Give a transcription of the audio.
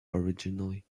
originally